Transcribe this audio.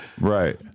Right